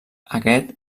aquest